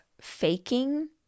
faking